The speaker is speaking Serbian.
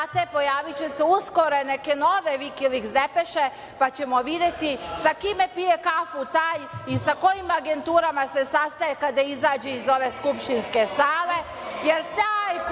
pojaviće se uskoro neke nove vikiliks depeše, pa ćemo videti sa kim pije kafu taj i sa kojima agenturama se sastaje kada izađe iz ove skupštinske sale,